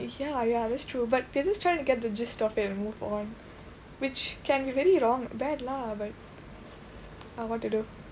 ya ya that's true but we're just trying to get the gist of it and move on which can be very wrong bad lah but ah want to do